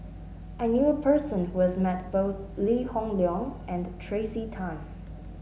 I knew a person who has met both Lee Hoon Leong and Tracey Tan